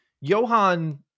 Johan